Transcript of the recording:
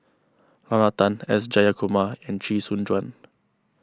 Lorna Tan S Jayakumar and Chee Soon Juan